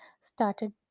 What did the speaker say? started